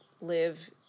live